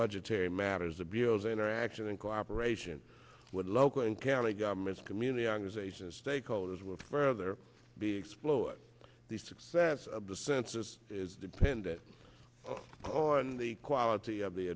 budgetary matters of view as interaction in cooperation with local and county governments community organizations stakeholders will further be explored the success of the census is dependent on the quality of the